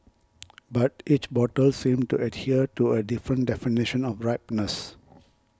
but each bottle seemed to adhere to a different definition of ripeness